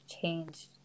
changed